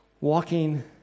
walking